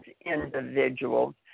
individuals